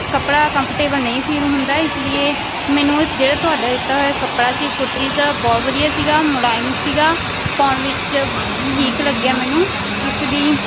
ਕੱਪੜਾ ਕੰਫਟੇਬਲ ਨਹੀਂ ਫੀਲ ਹੁੰਦਾ ਇਸ ਲਈ ਮੈਨੂੰ ਜਿਹੜਾ ਤੁਹਾਡਾ ਦਿੱਤਾ ਹੋਇਆ ਕੱਪੜਾ ਸੀ ਕੁੜਤੀਜ਼ ਬਹੁਤ ਵਧੀਆ ਸੀਗਾ ਮੁਲਾਇਮ ਸੀਗਾ ਪਾਉਣ ਵਿੱਚ ਠੀਕ ਲੱਗਿਆ ਮੈਨੂੰ ਇਸ ਲਈ